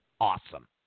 awesome